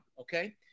okay